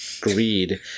greed